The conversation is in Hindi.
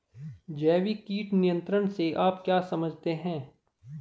जैविक कीट नियंत्रण से आप क्या समझते हैं?